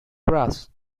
grass